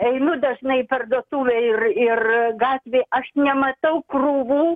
einu dažnai į parduotuvę ir ir gatvėj aš nematau krūvų